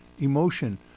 Emotion